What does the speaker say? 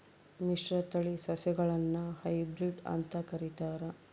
ಮಿಶ್ರತಳಿ ಸಸಿಗುಳ್ನ ಹೈಬ್ರಿಡ್ ಅಂತ ಕರಿತಾರ